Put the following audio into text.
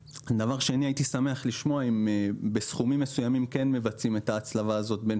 הייתי שמח לשמוע אם בסכומים מסוימים כן מבצעים את ההצלבה הזאת בין